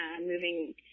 moving